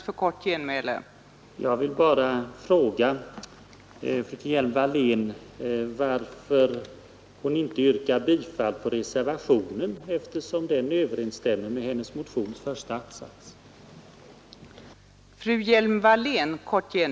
Fru talman! Jag vill bara fråga fru Hjelm-Wallén varför hon inte yrkar bifall till reservationen med dess krav, eftersom den överensstämmer med den första att-satsen i hennes egen motion.